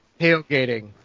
tailgating